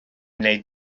wneud